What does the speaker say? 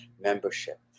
membership